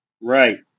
Right